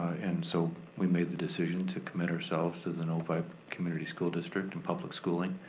and so we made the decision to commit ourselves to the novi community school district and public schooling,